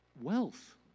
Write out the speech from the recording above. wealth